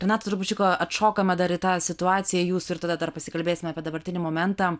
renata trupučiuką atšokame dar į tą situaciją jūsų ir tada dar pasikalbėsime apie dabartinį momentą